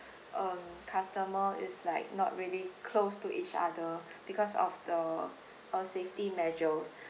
um customer is like not really close to each other because of the uh safety measures